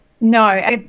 No